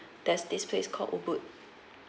there's this place called